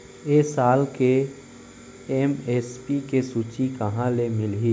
ए साल के एम.एस.पी के सूची कहाँ ले मिलही?